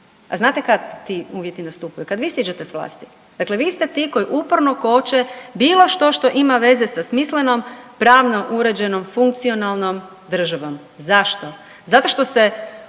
A znate kad ti uvjeti nastupaju kad vi siđete s vlasti. Dakle, vi ste ti koji uporno koče bilo što što ima veze sa smislenom pravno uređenom, funkcionalnom državom. Zašto? Zato što se